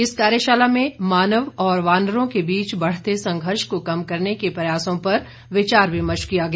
इस कार्यशाला में मानव और वानरों के बीच बढ़ते संघर्ष को कम करने के प्रयासों पर विचार विमर्श किया गया